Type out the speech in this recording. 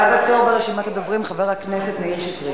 הבא בתור ברשימת הדוברים, חבר הכנסת מאיר שטרית.